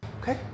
Okay